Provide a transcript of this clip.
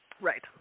right